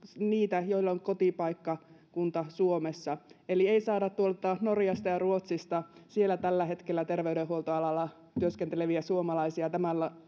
niitä joilla on kotipaikkakunta suomessa eli ei saada tuolta norjasta ja ruotsista siellä tällä hetkellä terveydenhuoltoalalla työskenteleviä suomalaisia tämän